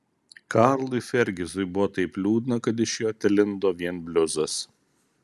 karlui fergizui buvo taip liūdna kad iš jo telindo vien bliuzas